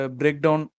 breakdown